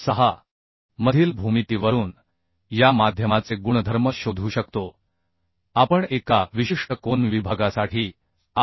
6 मधील भूमितीवरून या माध्यमाचे गुणधर्म शोधू शकतो आपण एका विशिष्ट कोन विभागासाठी आर